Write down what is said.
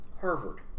Harvard